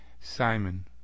Simon